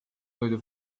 toidu